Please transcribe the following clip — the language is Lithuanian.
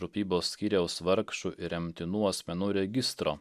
rūpybos skyriaus vargšų ir remtinų asmenų registro